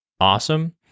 awesome